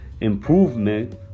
improvement